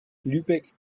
lübeck